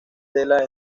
tela